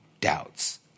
doubts